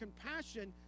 compassion